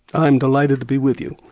i'm delighted to be with you.